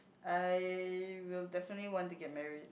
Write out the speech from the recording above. I will definitely want to get married